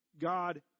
God